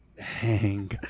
hang